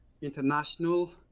international